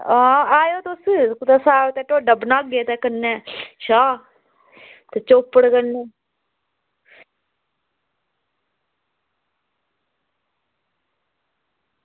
तां आयो तुस भी साग ते ढोडा बनागे कन्नै छाह् ओह् चोप्पड़ कन्नै